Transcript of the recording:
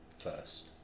first